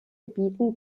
gebieten